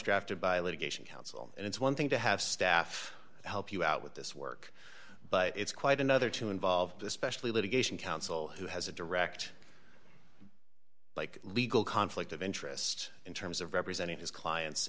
drafted by litigation counsel and it's one thing to have staff help you out with this work but it's quite another to involved especially litigation counsel who has a direct like legal conflict of interest in terms of representing his clients